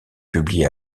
publiée